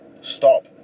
stop